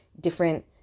different